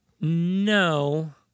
No